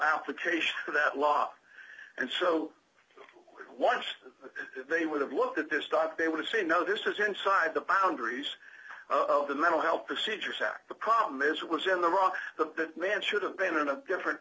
application of that law and so once they would have looked at this stuff they would say no this is inside the boundaries of the mental health procedures act the problem is was in the rock the man should have been in a different